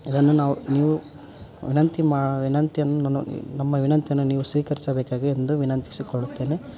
ಇದನ್ನು ನಾವು ನೀವು ವಿನಂತಿ ಮಾ ವಿನಂತಿಯನ್ನು ನಮ್ಮ ವಿನಂತಿಯನ್ನು ನೀವು ಸ್ವೀಕರಿಸಬೇಕಾಗಿ ಎಂದು ವಿನಂತಿಸಿಕೊಳ್ಳುತ್ತೇನೆ